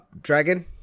dragon